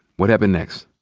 what happened next?